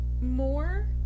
More